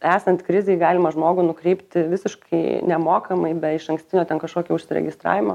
esant krizei galima žmogų nukreipti visiškai nemokamai be išankstinio ten kažkokio užsiregistravimo